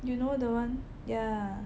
you know the one ya